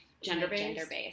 gender-based